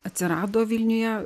atsirado vilniuje